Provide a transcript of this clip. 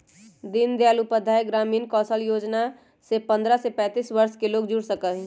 दीन दयाल उपाध्याय ग्रामीण कौशल योजना से पंद्रह से पैतींस वर्ष के लोग जुड़ सका हई